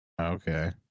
Okay